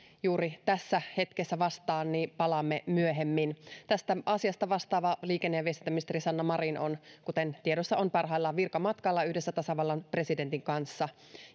juuri tässä hetkessä vastaa palaamme myöhemmin tästä asiasta vastaava liikenne ja viestintäministeri sanna marin on kuten tiedossa on parhaillaan virkamatkalla yhdessä tasavallan presidentin kanssa